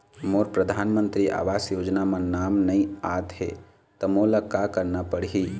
मोर परधानमंतरी आवास योजना म नाम नई आत हे त मोला का करना पड़ही?